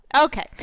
okay